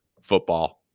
football